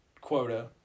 quota